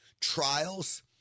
trials